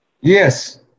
Yes